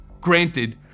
Granted